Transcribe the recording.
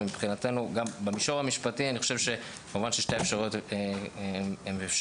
אבל מבחינתנו במישור המשפטי שתי האפשרויות אפשריות,